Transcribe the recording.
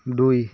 দুই